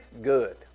good